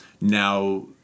Now